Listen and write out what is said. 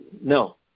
no